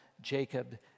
Jacob